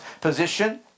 position